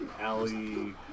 Alley